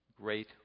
great